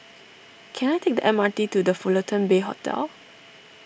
can I take the M R T to the Fullerton Bay Hotel